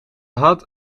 had